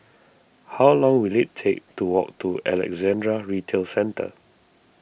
how long will it take to walk to Alexandra Retail Centre